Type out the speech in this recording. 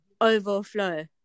overflow